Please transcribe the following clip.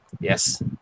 Yes